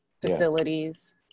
facilities